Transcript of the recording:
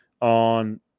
on